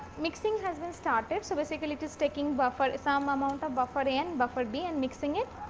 mixing has been started. so, basically it is taking buffer some amount of buffer a and buffer b and mixing it.